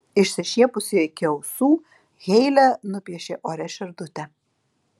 išsišiepusi iki ausų heile nupiešė ore širdutę